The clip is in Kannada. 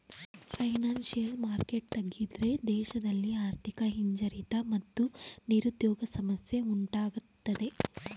ಫೈನಾನ್ಸಿಯಲ್ ಮಾರ್ಕೆಟ್ ತಗ್ಗಿದ್ರೆ ದೇಶದಲ್ಲಿ ಆರ್ಥಿಕ ಹಿಂಜರಿತ ಮತ್ತು ನಿರುದ್ಯೋಗ ಸಮಸ್ಯೆ ಉಂಟಾಗತ್ತದೆ